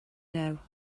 know